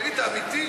תגיד, אתה אמיתי?